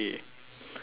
four